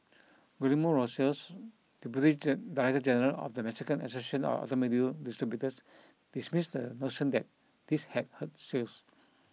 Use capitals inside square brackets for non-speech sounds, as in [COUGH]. Guillermo Rosales deputy [UNINTELLIGIBLE] director general of the Mexican association of automobile distributors dismissed the notion that this had hurt sales